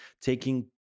taking